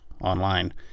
online